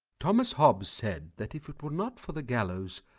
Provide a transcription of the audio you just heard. thomas hobbes said that if it were not for the gallows,